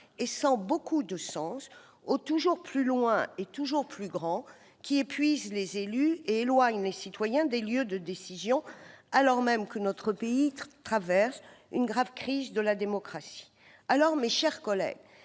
et sans beaucoup de sens au « toujours plus loin » et « toujours plus grand », qui épuise les élus et éloigne les citoyens des lieux de décision, alors même que notre pays traverse une grave crise de la démocratie. Mes chers collègues,